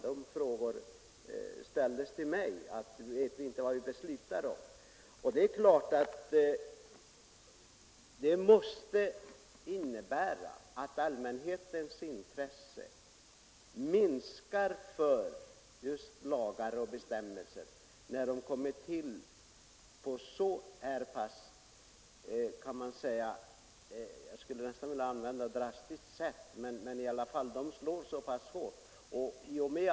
Till mig har man ställt frågor som: ”Vet ni inte vad ni beslutar om?” Det måste naturligtvis innebära att allmänhetens intresse för lagar och bestämmelser minskar, när de kommer till på det här sättet och slår så hårt; jag skulle egentligen vilja uttrycka mig mera drastiskt.